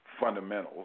fundamentals